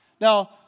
Now